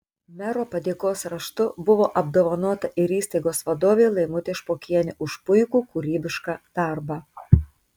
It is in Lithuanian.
mero padėkos raštu buvo apdovanota ir įstaigos vadovė laimutė špokienė už puikų kūrybišką darbą